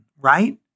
right